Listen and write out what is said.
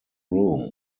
room